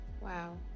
Wow